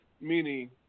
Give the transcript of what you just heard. Meaning